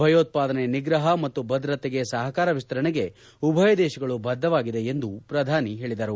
ಭಯೋತ್ವಾದನೆ ನಿಗ್ರಹ ಮತ್ತು ಭದ್ರತೆಗೆ ಸಹಕಾರ ವಿಸ್ತರಣೆಗೆ ಉಭಯ ದೇಶಗಳು ಬದ್ದವಾಗಿವೆ ಎಂದು ಹೇಳಿದರು